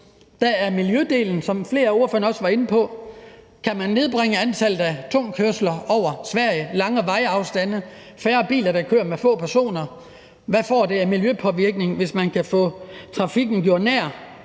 også miljødelen, som flere af ordførerne var inde på: Kan man nedbringe antallet af kørsler over Sverige med lange vejafstande og opnå, at færre biler kører med få personer? Hvad får det af miljøpåvirkning, hvis man kan få trafikken gjort nær